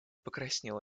покраснел